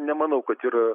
nemanau kad yra